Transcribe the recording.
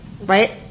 right